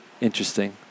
interesting